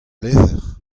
levr